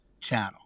channel